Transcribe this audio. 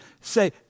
Say